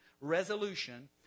resolution